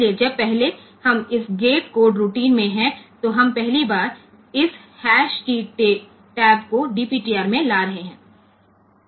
તેથી જ્યારે હું આ ગેટ કોડ રૂટીનમાં પ્રથમ હોઉં ત્યારે આપણે સૌ પ્રથમ DPTR માં આ હેશ કી ટેબ મેળવીએ છીએ